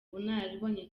ubunararibonye